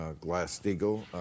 Glass-Steagall